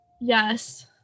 Yes